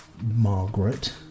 Margaret